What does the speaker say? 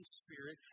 spirit